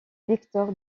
victor